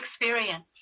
experience